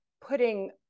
putting